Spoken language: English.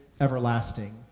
everlasting